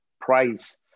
price